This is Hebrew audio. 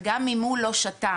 וגם אם הוא לא שתה,